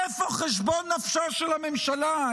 איפה חשבון נפשה של הממשלה?